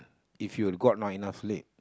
if you got not enough sleep